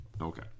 Okay